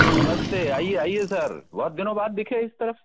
नमस्ते आइये आइये सर बहुत दिनों बाद दिखे इस तरफ